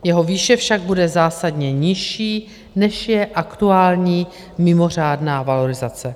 Jeho výše však bude zásadně nižší, než je aktuální mimořádná valorizace.